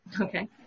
Okay